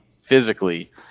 physically